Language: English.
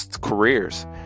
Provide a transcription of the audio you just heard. careers